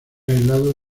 aislados